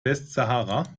westsahara